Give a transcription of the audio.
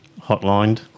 hotlined